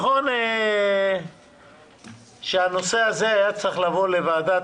זה נכון שהנושא הזה היה צריך לבוא לוועדת